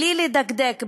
בלי לדקדק,